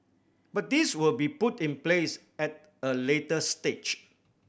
but these will be put in place at a later stage